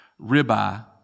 ribeye